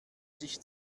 sich